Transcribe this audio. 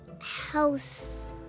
house